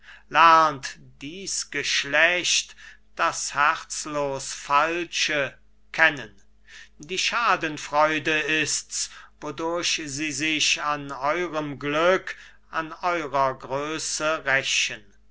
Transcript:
dies geschlecht das herzlos falsche kennen die schadenfreude ist's wodurch sie sich an eurem glück an eurer größe rächen